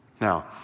Now